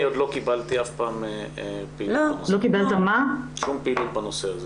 כהורה עוד לא קיבלתי פעילות בנושא הזה.